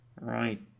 Right